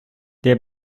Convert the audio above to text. der